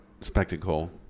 spectacle